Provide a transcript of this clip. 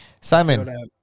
simon